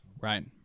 Right